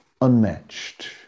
unmatched